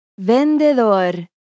vendedor